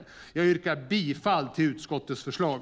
Jag yrkar bifall till utskottets förslag.